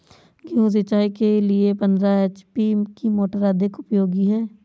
गेहूँ सिंचाई के लिए पंद्रह एच.पी की मोटर अधिक उपयोगी है?